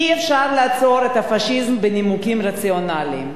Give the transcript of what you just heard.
"אי-אפשר לעצור את הפאשיזם בנימוקים רציונליים.